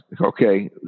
Okay